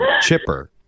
chipper